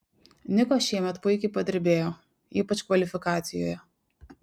niko šiemet puikiai padirbėjo ypač kvalifikacijoje